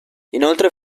inoltre